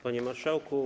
Panie Marszałku!